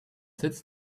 sits